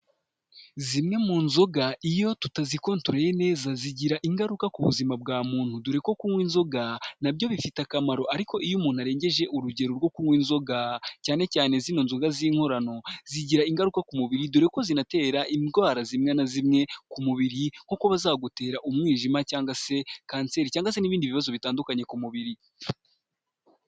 Zimwe mu nzoga iyo tutazikontoroye neza zigira ingaruka ku buzima bwa muntu dore ko kunywa inzoga nabyo bifite akamaro ariko iyo umuntu arengeje urugero rwo kunywa inzoga cyane cyane nzoga z'inkorano zigira ingaruka ku mubiri dore ko zatera indwara zimwe na zimwe ku mubiri kuko zagutera umwijima cyangwa se kanseri, cyangwa n'ibindi bibazo bitandukanye ku mubiri.